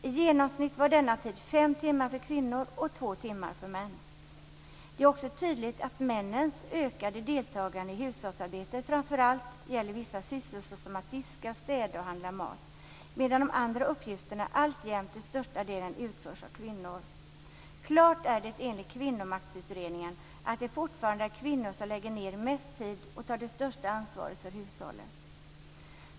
I genomsnitt var denna tid 5 timmar för kvinnor och 2 timmar för män. Det är också tydligt att männens ökade deltagande i hushållsarbete framför allt gäller vissa sysslor, såsom att diska, städa och handla mat, medan de andra uppgifterna alltjämt till största delen utförs av kvinnor. Klart är det enligt Kvinnomaktutredningen att det fortfarande är kvinnor som lägger ned mest tid och tar det största ansvaret för hushållet.